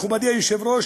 מכובדי היושב-ראש,